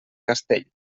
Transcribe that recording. castell